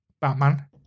Batman